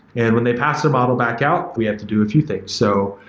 and when they pass the model back out, we have to do a few things. so,